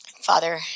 Father